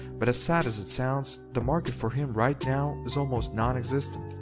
but as sad as it sounds, the market for him right now is almost non-existent.